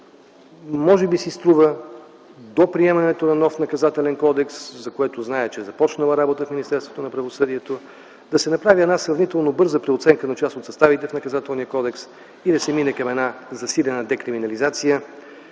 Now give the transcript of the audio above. може би си струва до приемането на нов Наказателен кодекс, по който зная, че е започнала работа в Министерството на правосъдието, да се направи една сравнително бърза преоценка на част от съставите в Наказателния кодекс и да се мине към една засилена декриминализация,